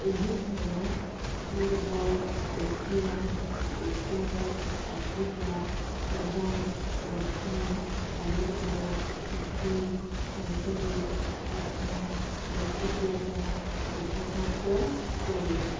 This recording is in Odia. ଏହି ଖେଳ ପୂର୍ବ ଏସିଆ ଉତ୍ତର ଆଫ୍ରିକା ଏବଂ ଦକ୍ଷିଣ ଆମେରିକାର କିଛି ଅଂଶରେ ମଧ୍ୟ ଲୋକପ୍ରିୟତା ଉପଭୋଗ କରେ